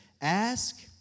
Ask